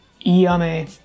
Yummy